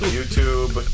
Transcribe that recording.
YouTube